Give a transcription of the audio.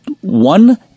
One